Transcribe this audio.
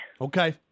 Okay